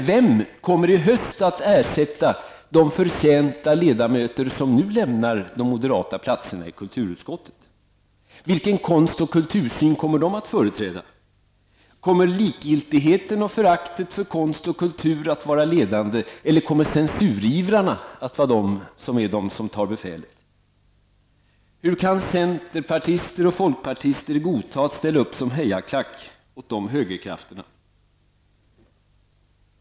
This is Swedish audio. Vem kommer i höst att ersätta de förtjänta ledamöter som nu lämnar de moderata platserna i kulturutskottet? Vilken konst och kultursyn kommer de att företräda? Kommer likgiltigheten och föraktet för konst och kultur att vara ledande, eller kommer censurivrarna att vara de som tar befälet? Hur kan centerpartister och folkpartister godta att ställa upp som hejaklack åt de högerkrafterna?